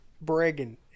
bragging